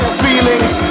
feelings